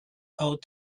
out